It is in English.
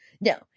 No